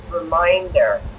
reminder